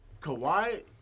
Kawhi